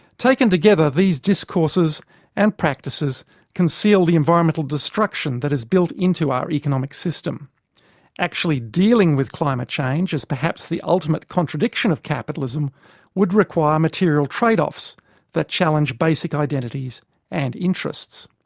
taken together these discourses and practices conceal the environmental destruction that is built into our economic system actually dealing with climate change as perhaps the ultimate contradiction of capitalism would require material trade-offs that challenge basic identities and interests.